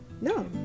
no